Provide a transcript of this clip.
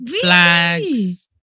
flags